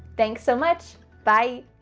thanks so much. bye.